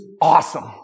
awesome